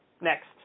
next